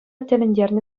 тӗлӗнтернӗ